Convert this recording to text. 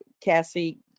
Cassie